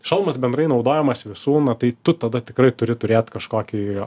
šalmas bendrai naudojamas visų na tai tu tada tikrai turi turėt kažkokį